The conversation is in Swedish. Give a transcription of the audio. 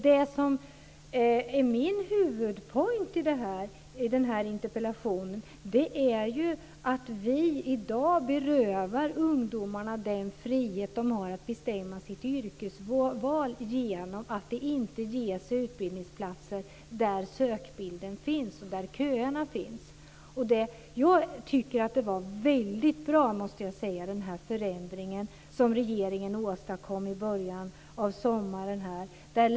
Det som är min huvudpoäng i denna interpellation är att vi i dag berövar ungdomarna friheten att bestämma sitt yrkesval genom att de inte ges utbildningsplatser där sökbilden finns och där köerna finns. Jag måste säga att den förändring som regeringen åstadkom i början av sommaren var väldigt bra.